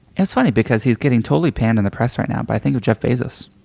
it's funny because he's getting totally panned in the press right now but i think of jeff bezos.